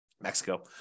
Mexico